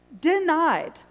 Denied